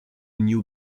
new